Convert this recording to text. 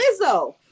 Lizzo